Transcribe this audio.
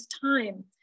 time